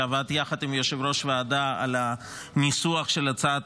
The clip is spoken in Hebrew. שעבד יחד עם יושב-ראש הוועדה על הניסוח של הצעת